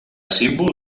símbol